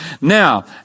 Now